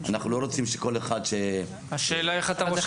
אנחנו לא רוצים שכל אחד --- השאלה איך אתה רושם את זה?